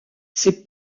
ses